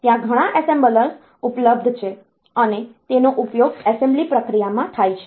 ત્યાં ઘણા એસેમ્બલર્સ ઉપલબ્ધ છે અને તેનો ઉપયોગ એસેમ્બલી પ્રક્રિયામાં થાય છે